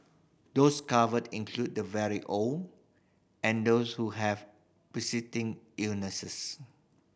those covered include the very old and those who have illnesses